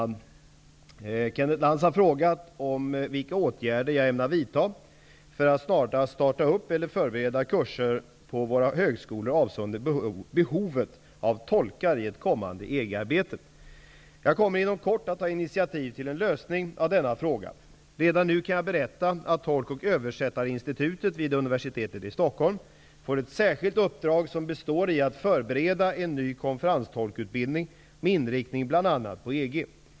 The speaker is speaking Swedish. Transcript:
Herr talman! Kenneth Lantz har frågat mig om vilka åtgärder jag ämnar vidtaga för att snarast starta eller förbereda kurser kurser på våra högskolor avseende behovet av tolkar i ett kommande EG-arbete. Jag kommer inom kort att ta initiativ till en lösning av denna fråga. Redan nu kan jag berätta att Tolk och översättarinstitutet vid Universitetet i Stockholm får ett särskilt uppdrag som består i att förbereda en ny konferenstolkutbildning med inriktning bl.a. på EG.